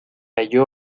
halló